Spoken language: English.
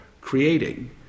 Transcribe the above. creating